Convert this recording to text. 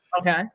Okay